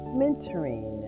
mentoring